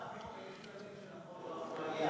יש לה לב של אחות רחמנייה.